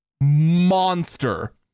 monster